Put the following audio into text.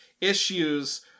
issues